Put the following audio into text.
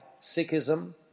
Sikhism